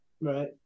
Right